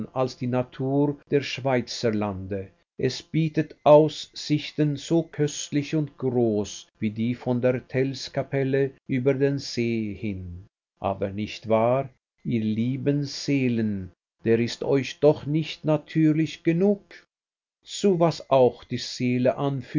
als die natur der schweizerlande es bietet aussichten so köstlich und groß wie die von der tellskapelle über den see hin aber nicht wahr ihr lieben seelen der ist euch doch nicht natürlich genug zu was auch die seele